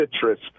citrus